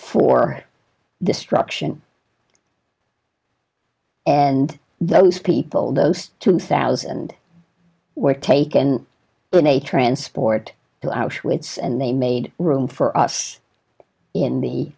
for destruction and those people those two thousand were taken in a transport to auschwitz and they made room for us in the